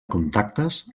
contactes